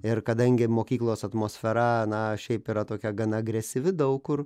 ir kadangi mokyklos atmosfera na šiaip yra tokia gana agresyvi daug kur